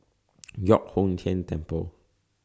Giok Hong Tian Temple